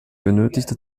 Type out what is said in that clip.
benötigte